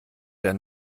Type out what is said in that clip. der